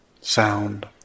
sound